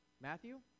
Matthew